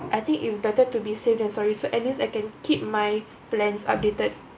I think it's better to be safe than sorry so at least I can keep my plans updated